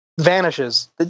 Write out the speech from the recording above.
vanishes